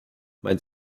mein